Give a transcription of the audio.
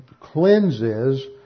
cleanses